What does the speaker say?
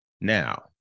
Now